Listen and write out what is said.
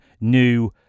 new